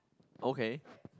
okay